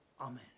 Amen